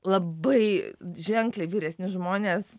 labai ženkliai vyresni žmonės